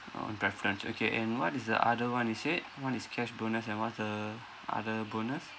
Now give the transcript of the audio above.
orh own preference okay and what is the other one you said one is cash bonus and what's the other bonus